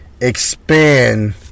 Expand